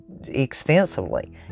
extensively